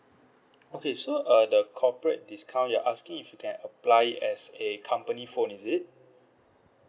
okay so uh the corporate discount you're asking if you can apply it as a company phone is it